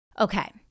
Okay